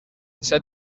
said